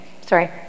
sorry